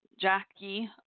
Jackie